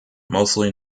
mostly